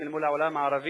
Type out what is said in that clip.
אל מול העולם הערבי